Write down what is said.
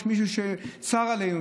יש מישהו שצר עלינו,